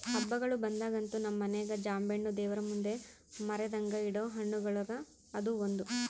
ಹಬ್ಬಗಳು ಬಂದಾಗಂತೂ ನಮ್ಮ ಮನೆಗ ಜಾಂಬೆಣ್ಣು ದೇವರಮುಂದೆ ಮರೆದಂಗ ಇಡೊ ಹಣ್ಣುಗಳುಗ ಅದು ಒಂದು